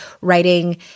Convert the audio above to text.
writing